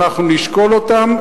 ואנחנו נשקול אותן,